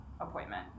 appointment